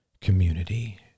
community